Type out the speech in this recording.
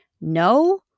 No